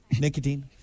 Nicotine